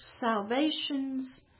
salvations